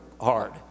hard